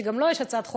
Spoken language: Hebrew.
שגם לו יש הצעת חוק,